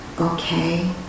okay